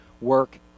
work